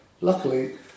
luckily